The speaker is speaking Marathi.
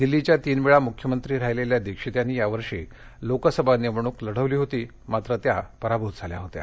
दिल्लीच्या तीनवेळा मुख्यमंत्री राहिलेल्या दीक्षित यांनी यावर्षी लोकसभा निवडणूक लढविली होती परंतु त्या पराभूत झाल्या होत्या